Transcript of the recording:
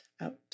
out